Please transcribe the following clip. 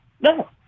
No